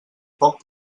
poc